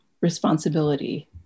responsibility